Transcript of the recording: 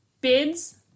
Bids